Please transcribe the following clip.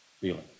feeling